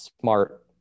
smart